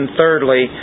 thirdly